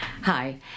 Hi